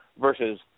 versus